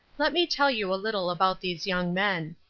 let me tell you a little about these young men.